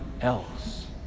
else